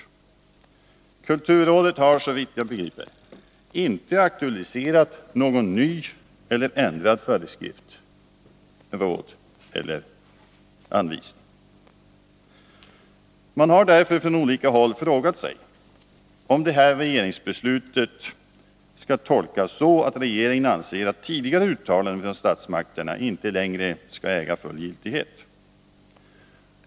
Kulturrådet har, såvitt jag förstår, inte aktualiserat några nya eller ändrade föreskrifter, råd eller anvisningar. Man har därför från olika håll frågat sig, om det här regeringsbeslutet skall tolkas så, att regeringen anser att tidigare uttalanden av statsmakterna inte längre skall äga full giltighet.